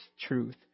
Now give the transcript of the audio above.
truth